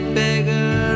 beggar